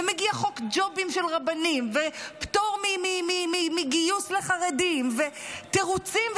ומגיע חוק ג'ובים של רבנים ופטור מגיוס חרדים ותירוצים,